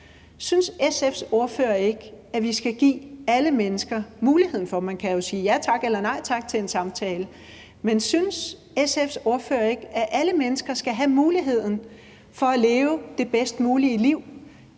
Synes SF's ordfører ikke, at vi skal give alle mennesker muligheden for en samtale? Man kan jo sige ja tak eller nej tak til en samtale. Synes SF's ordfører ikke, at alle mennesker skal have muligheden for at leve det bedst mulige liv